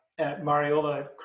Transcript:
Mariola